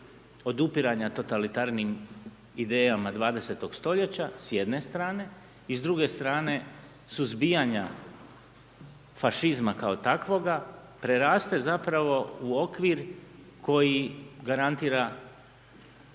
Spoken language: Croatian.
odupiranja totalitarnim idejama 20.-og stoljeća s jedne strane, i s druge strane suzbijanja fašizma kao takvoga, preraste zapravo u okvir koji garantira